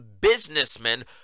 businessmen